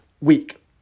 week